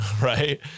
right